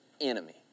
enemy